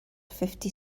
fifty